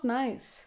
nice